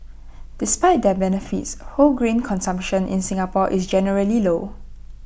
despite their benefits whole grain consumption in Singapore is generally low